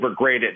overgraded